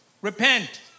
repent